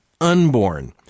unborn